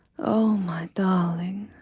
oh, my darling,